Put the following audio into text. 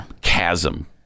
chasm